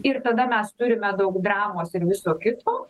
ir tada mes turime daug dramos ir viso kito